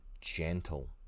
gentle